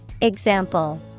Example